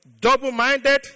double-minded